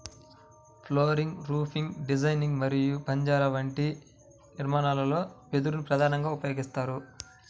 flooring, roofing designing మరియు పరంజా వంటి నిర్మాణాలలో వెదురు ప్రధానంగా ఉపయోగిస్తారు